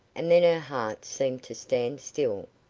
and then her heart seemed to stand still,